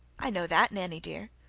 i know that, nanny, dear.